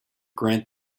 grant